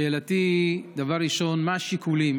שאלתי: דבר ראשון, מה השיקולים